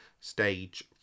stage